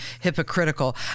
hypocritical